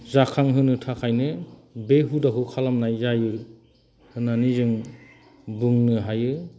जाखांहोनो थाखायनो बे हुदाखौ खालामनाय जायो होन्नानै जों बुंनो हायो